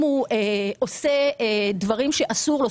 והוא עושה דברים שאסור לו,